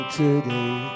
today